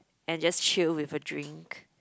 and just chill with a drink